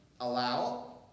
allow